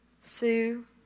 Sue